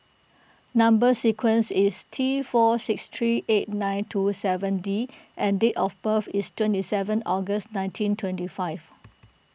Number Sequence is T four six three eight nine two seven D and date of birth is twenty seven August nineteen twenty five